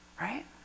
right